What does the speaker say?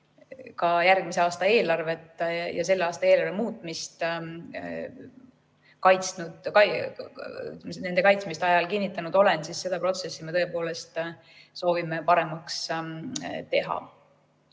ka järgmise aasta eelarve ja selle aasta eelarve muutmise kaitsmise ajal kinnitanud olen, siis seda protsessi me tõepoolest soovime paremaks teha.